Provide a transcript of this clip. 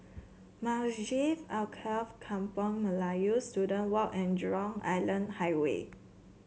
Masjid Alkaff Kampung Melayu Student Walk and Jurong Island Highway